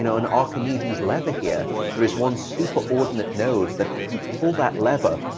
you know an archimedes lever here. there is one superordinate node, that if you pull that lever,